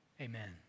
Amen